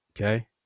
okay